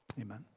amen